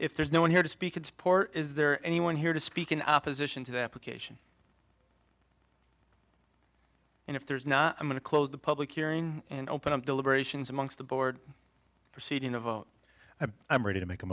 if there's no one here to speak in support is there anyone here to speak in opposition to the application and if there's not going to close the public hearing and open up deliberations amongst a board proceeding of i'm ready to make a